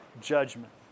Judgment